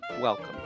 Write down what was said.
welcome